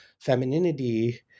femininity